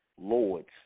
lords